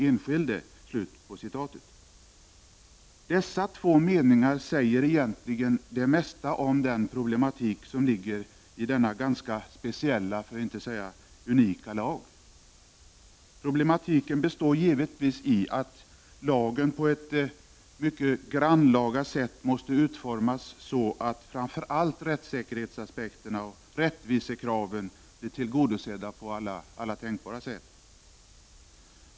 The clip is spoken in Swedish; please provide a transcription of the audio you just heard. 1989/90:35 den enskilde.” 4 29 november 1989 Dessa två meningar säger egentligen det mesta om den problematik som = Lo ligger i denna ganska speciella, för att inte säga unika, lag. Problematiken består givetvis i att lagen på ett mycket grannlaga sätt måste utformas så, att framför allt rättssäkerhetsaspekterna och rättvisekraven blir tillgodosedda på alla tänkbara sätt.